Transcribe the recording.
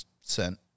sent